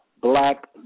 black